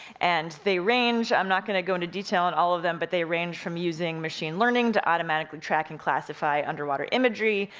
and they range, i'm not gonna go into detail on all of them, but they range from using machine learning, to automatically track and classify underwater imagery,